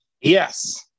Yes